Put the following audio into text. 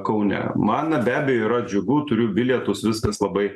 kaune man be abejo yra džiugu turiu bilietus viskas labai